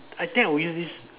I think I will use this